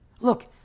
Look